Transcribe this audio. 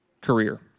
career